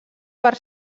per